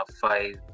five